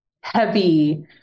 heavy